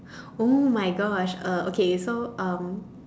!oh-my-Gosh! uh okay so um